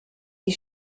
die